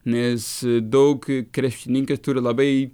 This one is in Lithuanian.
nes daug krepšininkai turi labai